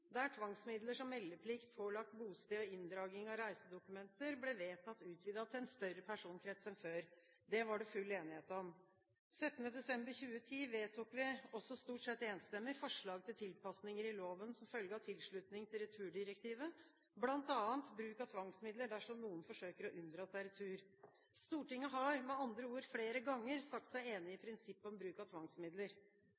der tvangsmidler som meldeplikt, pålagt bosted og inndragning av reisedokumenter ble vedtatt utvidet til en større personkrets enn før. Det var det full enighet om. 17. desember 2010 vedtok vi, også stort sett enstemmig, forslag til tilpasninger i loven som følge av tilslutning til returdirektivet, bl.a. bruk av tvangsmidler dersom noen forsøker å unndra seg